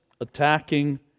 attacking